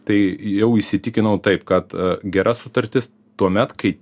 tai jau įsitikinau taip kad gera sutartis tuomet kai